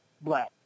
black